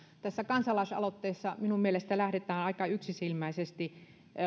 tässä kansalaisaloitteessa minun mielestäni lähdetään aika yksisilmäisesti